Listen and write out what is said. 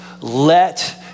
let